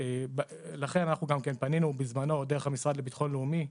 אנחנו גם כן פנינו בזמנו דרך המשרד לביטחון לאומי.